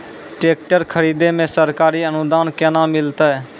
Tractor खरीदै मे सरकारी अनुदान केना मिलतै?